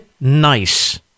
Nice